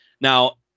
Now